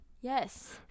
Yes